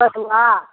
पटुआ